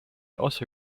also